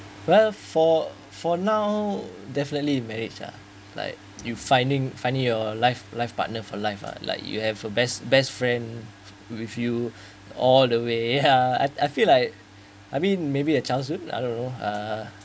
well for for now definitely marriage uh like you finding finding your life life partner for life uh like you have a best best friend with you all the way ya I I feel like I mean maybe uh childhood I don't know uh